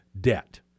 debt